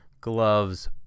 gloves